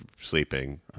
sleeping